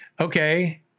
okay